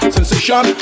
Sensation